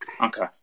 Okay